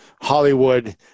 Hollywood